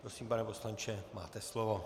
Prosím, pane poslanče, máte slovo.